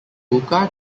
buka